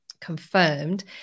confirmed